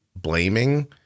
blaming